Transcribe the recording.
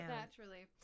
Naturally